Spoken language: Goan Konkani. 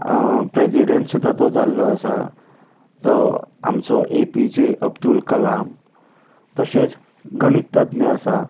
प्रेजिडेंट सुद्दां तो जाल्लो आसा तो आमचो A P J Abdul Kalam तशेंच गणीततज्ञ आसा